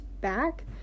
back